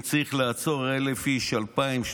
אם צריך לעצור 1,000 איש,